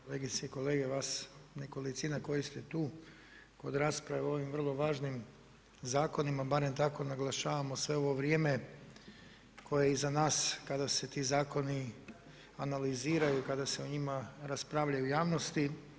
Kolegice i kolege, vas nekolicina koji ste tu, kod rasprave o ovom vrlo važnim zakonima, barem tako naglašavamo sve ovo vrijeme koje je iza nas, kada se ti zakoni analiziraju, kada se o njima raspravljaju u javnosti.